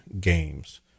games